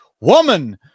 woman